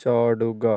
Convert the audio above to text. ചാടുക